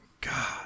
god